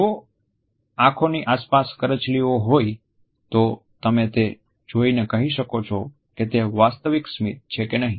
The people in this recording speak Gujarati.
જો આંખોની આસપાસ કરચલીઓ હોય તો તમે તે જોઈ ને કહી શકો છો કે તે વાસ્તવિક સ્મિત છે કે નહી